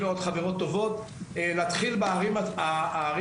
היא ועוד חברות טובות ולהתחיל בערים המשותפות,